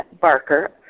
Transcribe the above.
Barker